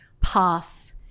path